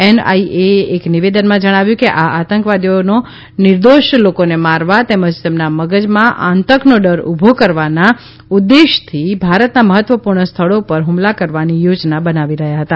NIA એક નિવેદનમાં જણાવ્યું કે આ આતંકવાદીઓનો નિર્દોષ લોકોને મારવા તેમજ તેમના મગજમાં આતંકનો ડર ઉભો કરવાના ઉદેશ્યથી ભારતના મહત્વપુર્ણ સ્થળો પર હ્મલા કરવાની યોજના બનાવી રહ્યાં હતા